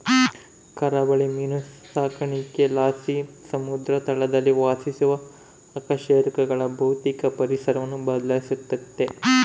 ಕರಾವಳಿ ಮೀನು ಸಾಕಾಣಿಕೆಲಾಸಿ ಸಮುದ್ರ ತಳದಲ್ಲಿ ವಾಸಿಸುವ ಅಕಶೇರುಕಗಳ ಭೌತಿಕ ಪರಿಸರವನ್ನು ಬದ್ಲಾಯಿಸ್ತತೆ